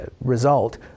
result